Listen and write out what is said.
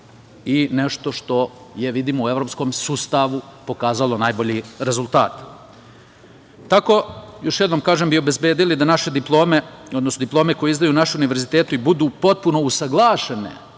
i nešto što je u evropskom sustavu pokazalo najbolji rezultat. Tako bi, još jednom kažem, obezbedili da naše diplome, odnosno diplome koje izdaju naši univerziteti budu potpuno usaglašene